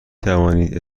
توانید